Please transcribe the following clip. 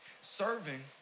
Serving